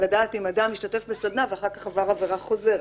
לדעת אם אדם השתתף בדנה ואחר כך עבר עבירה חוזרת.